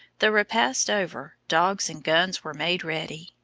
the repast over, dogs and guns were made ready.